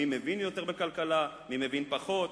מי מבין יותר בכלכלה ומי פחות.